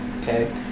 Okay